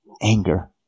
Anger